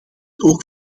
ook